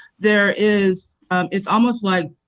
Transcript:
there is it's almost like